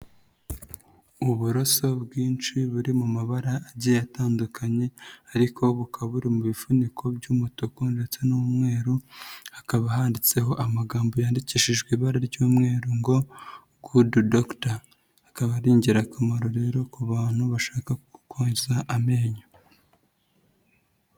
Uburaso bwinshi buri mu mabara agiye atandukanye ariko bukaba buri mu bifuniko by'umutuku ndetse n'umweru hakaba handitseho amagambo yandikishijwe ibara ry'umweru ngo gudu dogita akaba ari ingirakamaro rero ku bantu bashaka koza amenyo.